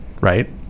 right